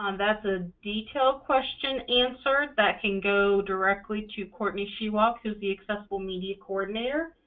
um that's a detailed question answer. that can go directly to courtney shewak, who's the accessible media coordinator.